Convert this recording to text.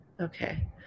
Okay